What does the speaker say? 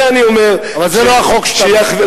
אבל זה לא החוק שאתה מציע.